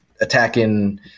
attacking